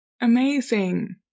Amazing